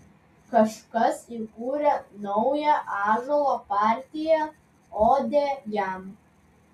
kažkas įkūrė naują ąžuolo partiją odę jam